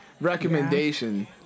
recommendation